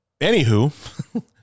anywho